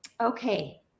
Okay